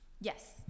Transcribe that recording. Yes